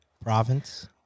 province